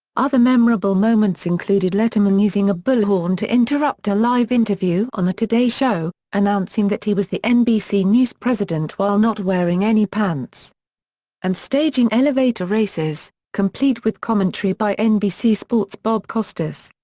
other memorable moments included letterman using a bullhorn to interrupt a live interview on the today show, announcing that he was the nbc news president while not wearing any pants and staging elevator races, complete with commentary by nbc sports' bob costas.